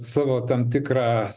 savo tam tikrą